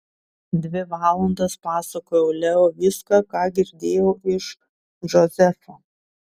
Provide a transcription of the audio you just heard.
dvi valandas pasakojau leo viską ką girdėjau iš džozefo